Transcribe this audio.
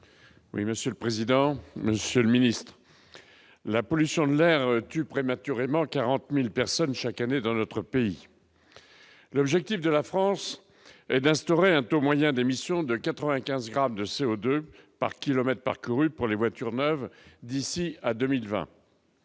Monsieur le secrétaire d'État, la pollution de l'air tue prématurément 40 000 personnes chaque année dans notre pays. L'objectif de la France est d'instaurer un taux moyen d'émission de 95 grammes de CO2 par kilomètre parcouru pour les voitures neuves d'ici à 2020.